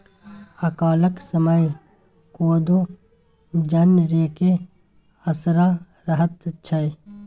अकालक समय कोदो जनरेके असरा रहैत छै